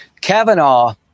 Kavanaugh